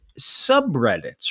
subreddits